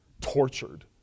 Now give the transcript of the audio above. tortured